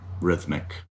rhythmic